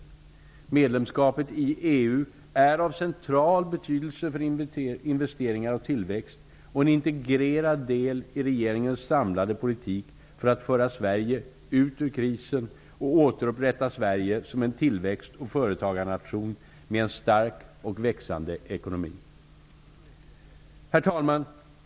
Medlemskapet i EU är av central betydelse för investeringar och tillväxt och en integrerad del i regeringens samlade politik för att föra Sverige ut ur krisen och återupprätta Sverige som en tillväxt och företagarnation med en stark och växande ekonomi. Herr talman!